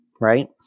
right